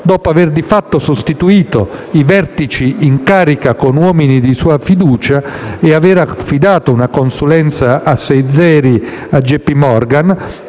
dopo aver di fatto sostituito i vertici in carica con uomini di sua fiducia e aver affidato una consulenza a sei zeri a JP Morgan,